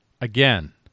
Again